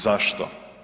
Zašto?